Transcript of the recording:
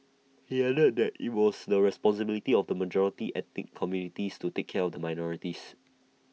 he added that IT was the responsibility of the majority ethnic communities to take care of the minorities